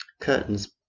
curtains